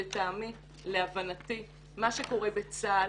לטעמי ולהבנתי מה שקורה בתוך צה"ל